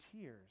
tears